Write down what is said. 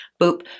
boop